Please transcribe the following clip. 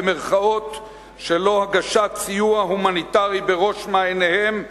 שלא הגשת סיוע הומניטרי בראש מעייניהם,